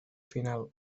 final